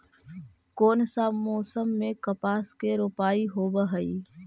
कोन सा मोसम मे कपास के रोपाई होबहय?